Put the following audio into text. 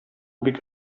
бик